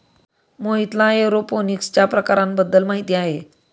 मोहितला एरोपोनिक्सच्या प्रकारांबद्दल माहिती आहे